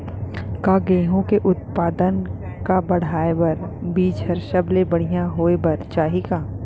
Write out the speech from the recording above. का गेहूँ के उत्पादन का बढ़ाये बर बीज ह सबले बढ़िया होय बर चाही का?